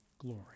glory